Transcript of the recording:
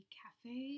cafe